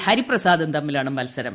ഹരിപ്രസാദും തമ്മിലാണ് മത്സരം